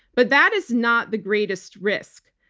but that is not the greatest risk.